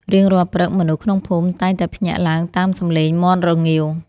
រៀងរាល់ព្រឹក មនុស្សក្នុងភូមិតែងតែភ្ញាក់ឡើងតាមសម្លេងមាន់រងាវ។